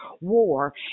war